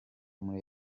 muri